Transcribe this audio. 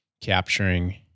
capturing